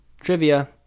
Trivia